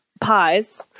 pies